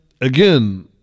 again